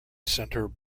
centre